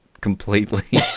completely